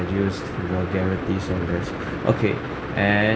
used vulgarities on there okay and